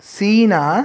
China